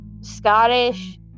Scottish